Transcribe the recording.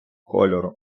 кольору